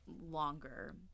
longer